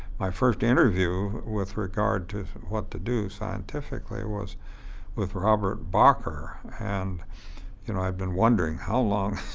my first interview with regard to what to do scientifically was with robert bacher. and you know been wondering, how long